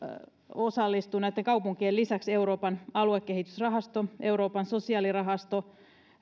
osallistuvat näitten kaupunkien lisäksi euroopan aluekehitysrahasto euroopan sosiaalirahasto